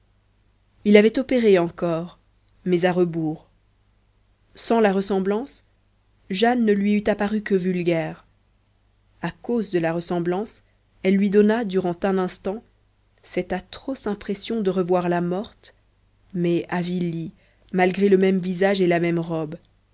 il avait opéré encore mais à rebours sans la ressemblance jane ne lui eût apparu que vulgaire à cause de la ressemblance elle lui donna durant un instant cette atroce impression de revoir la morte mais avilie malgré le même visage et la même robe limpression